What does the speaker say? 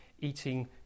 eating